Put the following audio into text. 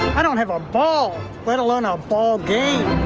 i don't have a ball let alone ah a ball game.